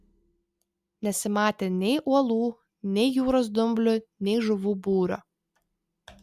nesimatė nei uolų nei jūros dumblių nei žuvų būrio